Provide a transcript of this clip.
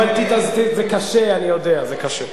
זה קשה, אני יודע, זה קשה.